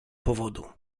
powodu